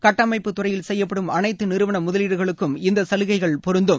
கட்டமைப்பு துறையில் செய்யப்படும் அனைத்து நிறுவன முதலீடுகளுக்கும் இந்த சலுகைகள் பொருந்தும்